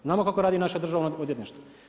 Znamo kako radi naša Državno odvjetništvo.